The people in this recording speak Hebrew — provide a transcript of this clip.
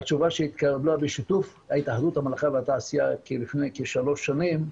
התשובה שהתקבלה בשיתוף התאחדות המלאכה והתעשייה לפני כשלוש שנים.